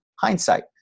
hindsight